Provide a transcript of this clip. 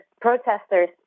protesters